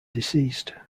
deceased